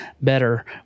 better